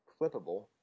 flippable